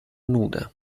nuda